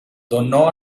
donó